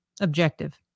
objective